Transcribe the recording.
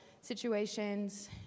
situations